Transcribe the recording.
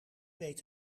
weet